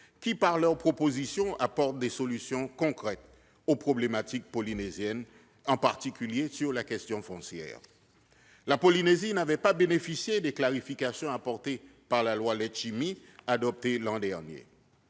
qui, par leurs propositions, apportent des solutions concrètes aux problématiques polynésiennes, en particulier à la question foncière. La Polynésie n'avait pas bénéficié des clarifications apportées par la loi Letchimy, adoptée l'an dernier.